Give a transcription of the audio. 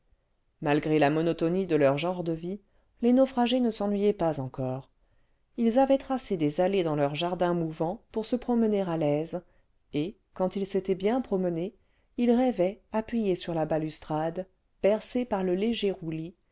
malgré la monotonie de leur genre de vie les naufragés ne s'ennuyaient pas encore ils avaient tracé des allées dans leur jardin mouvant pour se promener à l'aise et quand ils s'étaient bien promenés ils rêvaient apjiuyés sur la balustrade bercés par le léger roulis